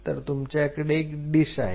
तर तुमच्याकडे एक डिश आहे